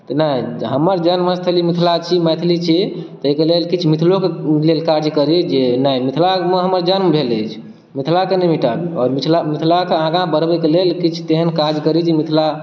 तऽ नहि हमर जन्म स्थली मिथिला छी मैथिली छी ताहिके लेल किछु मिथिलो कऽ लेल काज करी जे नहि मिथिलामे हमर जन्म भेल अछि मिथिला कऽ नहि मिटाबी आओर मिथिला मिथिला कऽ आगाँ बढ़बैक लेल किछु तेहन काज करी जे मिथिला